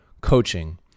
coaching